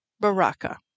Baraka